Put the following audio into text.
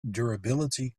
durability